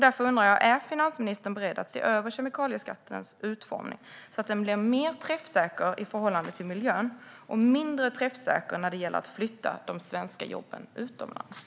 Därför undrar jag: Är finansministern beredd att se över kemikalieskattens utformning så att den blir mer träffsäker i förhållande till miljön och mindre träffsäker när det gäller att flytta de svenska jobben utomlands?